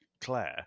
Claire